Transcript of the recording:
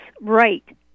right